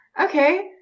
Okay